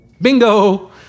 Bingo